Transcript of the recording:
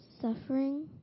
suffering